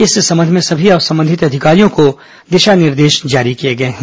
इस संबंध में सभी संबंधित अधिकारियों को दिशा निर्देश जारी किए गए हैं